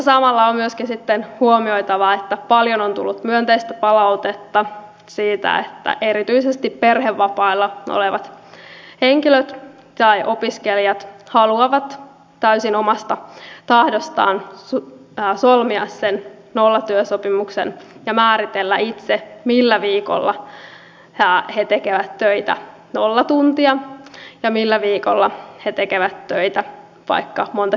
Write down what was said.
samalla on myöskin sitten huomioitava että paljon on tullut myönteistä palautetta siitä että erityisesti perhevapailla olevat henkilöt tai opiskelijat haluavat täysin omasta tahdostaan solmia sen nollatyösopimuksen ja määritellä itse millä viikolla he tekevät töitä nolla tuntia ja millä viikolla he tekevät töitä vaikka monta kymmentä tuntia